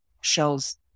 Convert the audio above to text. shows